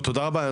תודה רבה.